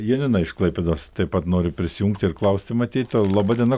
janina iš klaipėdos taip pat nori prisijungti ir klausti matyta laba diena